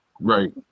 right